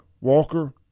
Walker